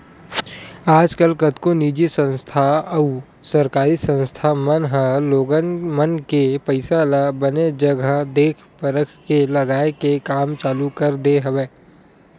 आजकल कतको निजी संस्था अउ सरकारी संस्था मन ह लोगन मन के पइसा ल बने जघा देख परख के लगाए के काम चालू कर दे हवय